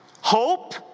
Hope